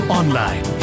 online